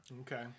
Okay